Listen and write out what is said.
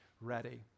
ready